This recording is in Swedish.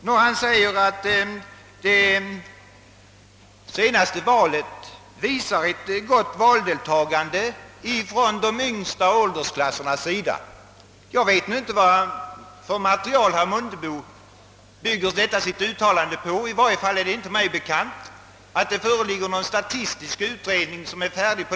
Han sade nämligen att det senaste valet visar ett gott valdeltagande i de yngsta åldersklasserna. Jag vet inte vilket material herr Mundebo bygger sitt uttalande på, men i varje fall är det inte mig bekant att det färdigställts någon statistisk utredning härom.